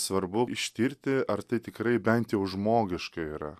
svarbu ištirti ar tai tikrai bent jau žmogiška yra